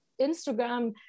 Instagram